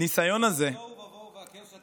התוהו ובוהו שאתם עשיתם,